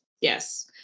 Yes